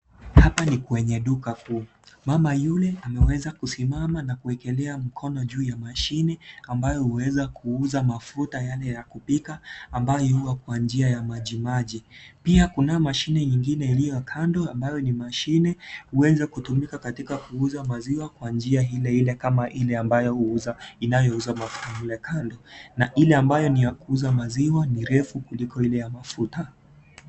Hapa ni kwenye duka kuu. Mama yule ameweza kusimama na kuwekelea mkono juu ya mashine, ambayo huweza kuuza mafuta yale ya kupika, ambayo huwa kwa njia ya maji maji. Pia kuna mashine nyingine iliyo kando ambayo ni mashine, huweza kutumika katika kuuza maziwa kwa njia ile ile kama ile ambayo huuza, inayouza mafuta mle kando na ile ambayo ni ya kuuza maziwa ni refu kuliko ya kuuza mafuta